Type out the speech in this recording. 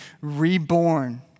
reborn